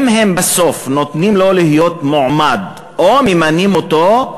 אם הם בסוף נותנים לו להיות מועמד, או ממנים אותו,